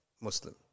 Muslim